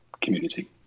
community